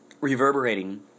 reverberating